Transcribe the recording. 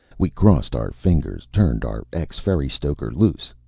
we crossed our fingers, turned our ex-ferry-stoker loose,